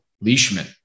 Leishman